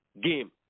game